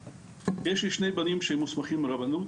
יש לי שני בנים שהם מוסמכים ברבנות,